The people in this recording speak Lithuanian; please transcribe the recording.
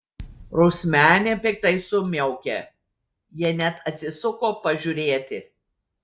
rusmenė piktai sumiaukė jie net atsisuko pažiūrėti